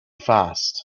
fast